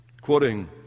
quoting